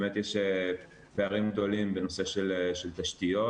באמת יש פערים גדולים בנושא של תשתיות